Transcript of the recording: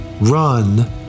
Run